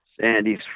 Sandy's